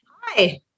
Hi